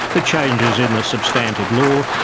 the changes in the substantive law,